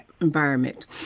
environment